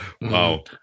wow